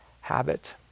habit